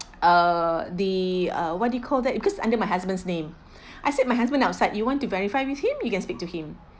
uh the uh what do you call that because under my husband's name I said my husband outside you want to verify with him you can speak to him